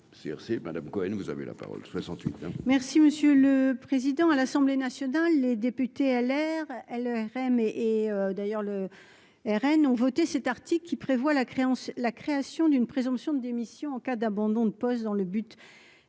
CRC Madame Cohen, vous avez la parole 68. Merci monsieur le président, à l'Assemblée nationale, les députés LR L et et d'ailleurs le RN ont voté cet article qui prévoit la créance, la création d'une présomption de démission en cas d'abandon de poste dans le but